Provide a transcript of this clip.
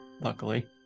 Luckily